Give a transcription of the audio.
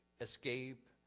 escape